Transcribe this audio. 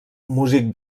músic